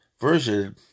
version